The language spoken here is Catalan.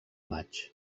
maig